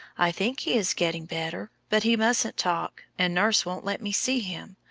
i think he is getting better, but he mustn't talk, and nurse won't let me see him.